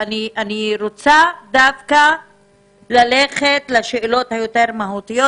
אני רוצה ללכת לשאלות היותר מהותיות,